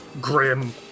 Grim